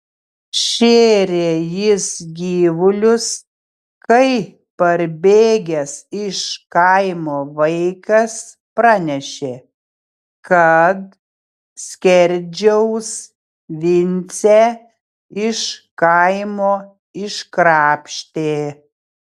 šėrė jis gyvulius kai parbėgęs iš kaimo vaikas pranešė kad skerdžiaus vincę iš kaimo iškrapštė